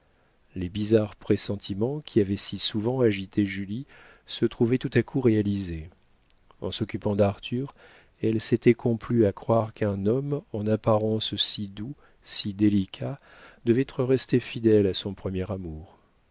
les bizarres pressentiments qui avaient si souvent agité julie se trouvaient tout à coup réalisés en s'occupant d'arthur elle s'était complue à croire qu'un homme en apparence si doux si délicat devait être resté fidèle à son premier amour